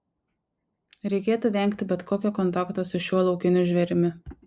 reikėtų vengti bet kokio kontakto su šiuo laukiniu žvėrimi